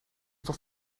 toch